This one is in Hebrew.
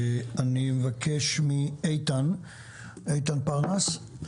אני מבקש מאיתן פרנס,